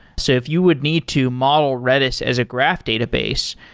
so if you would need to model redis as a graph database,